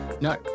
No